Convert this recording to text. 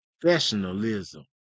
professionalism